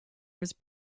was